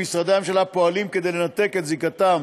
משרדי הממשלה פועלים כדי לנתק את זיקתם